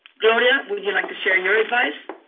gloria, would you like to share your